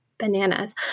bananas